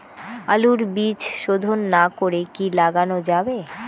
আলুর বীজ শোধন না করে কি লাগানো যাবে?